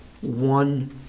one